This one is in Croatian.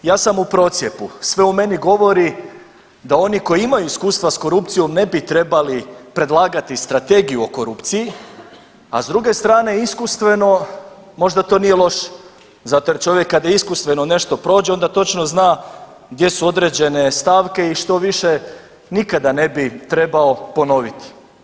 Ja sam u procijepu, sve u meni govori da oni koji imaju iskustva s korupcijom ne bi trebali predlagati strategiju o korupciji, a s druge strane iskustveno možda to nije loše zato jer čovjek kad iskustveno nešto prođe onda točno zna gdje su određene stavke i što više nikada ne bi trebao ponoviti.